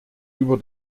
über